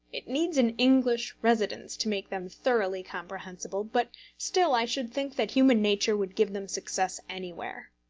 it needs an english residence to make them thoroughly comprehensible but still i should think that human nature would give them success anywhere.